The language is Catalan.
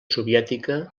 soviètica